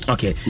Okay